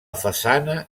façana